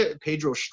Pedro